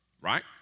Right